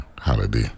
holiday